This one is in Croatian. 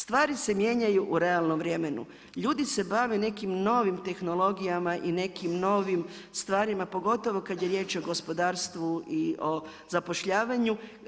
Stvari se mijenjaju u realnom vremenu, ljudi se bave nekim novim tehnologijama i nekim novim stvarima pogotovo kada je riječ o gospodarstvu i o zapošljavanju.